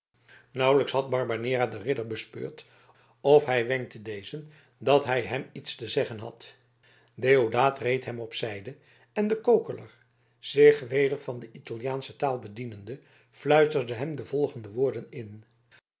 nauwelijks had barbanera den ridder bespeurd of hij wenkte dezen dat hij hem iets te zeggen had deodaat reed hem op zijde en de kokeler zich weder van de italiaansche taal bedienende fluisterde hem de volgende woorden in